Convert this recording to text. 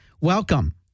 Welcome